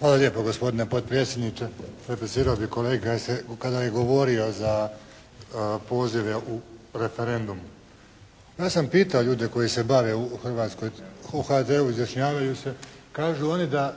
Hvala lijepo gospodine predsjedniče. Replicirao bih kolegi kada je govorio za pozive u referendumu. Ja sam pitao ljude koji se bave u Hrvatskoj …/Govornik se ne razumije./… izjašnjavaju se. Kažu oni da